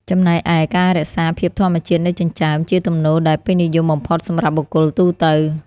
ចំណែកឯ ការរក្សាភាពធម្មជាតិនៃចិញ្ចើម ជាទំនោរដែលពេញនិយមបំផុតសម្រាប់បុគ្គលទូទៅ។